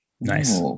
Nice